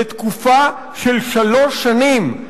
לתקופה של שלוש שנים.